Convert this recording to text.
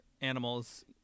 animals